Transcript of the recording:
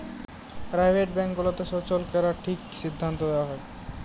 private bank গুলাতে টাকা সল্চয় ক্যরা কি ঠিক সিদ্ধাল্ত হ্যয়